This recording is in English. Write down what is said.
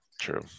True